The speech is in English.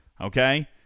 Okay